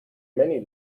many